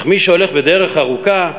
אך מי שהולך בדרך ארוכה,